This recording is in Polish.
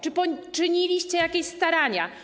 Czy poczyniliście jakieś starania?